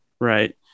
right